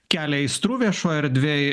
kelia aistrų viešojoj erdvėj